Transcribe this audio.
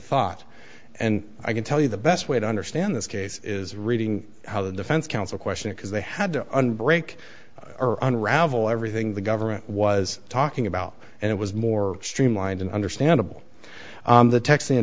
thought and i can tell you the best way to understand this case is reading how the defense counsel question because they had to make or unravel everything the government was talking about and it was more streamlined and understandable the texa